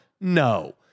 No